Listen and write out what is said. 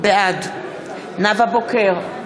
בעד נאוה בוקר,